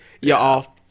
y'all